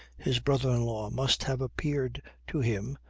his brother-in law must have appeared to him,